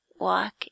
walk